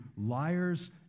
liars